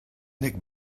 nick